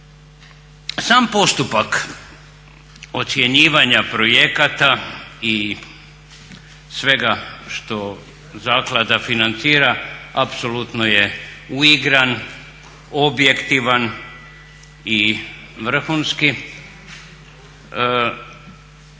Sam postupak ocjenjivanja projekata i svega što zaklada financira apsolutno je uigran, objektivan i vrhunski.